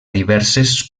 diverses